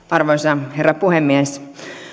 arvoisa herra puhemies